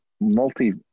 multi